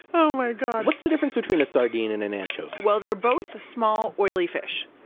oh my god what's the difference between a sardine and an anchovy? well, they're both a small oily fish.